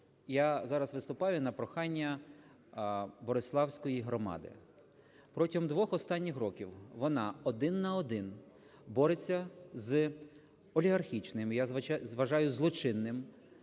я зараз виступаю на прохання Бориславської громади. Протягом двох останніх років вона один на один бореться з олігархічним, я вважаю, злочинним,